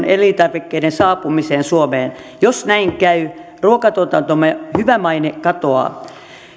elintarvikkeiden saapumiseen suomeen jos näin käy ruokatuotantomme hyvä maine katoaa